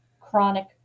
chronic